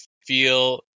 feel